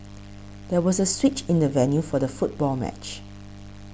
there was a switch in the venue for the football match